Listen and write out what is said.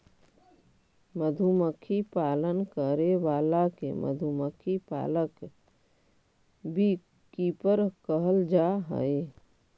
मधुमक्खी पालन करे वाला के मधुमक्खी पालक बी कीपर कहल जा हइ